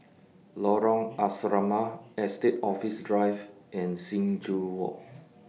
Lorong Asrama Estate Office Drive and Sing Joo Walk